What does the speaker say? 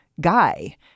guy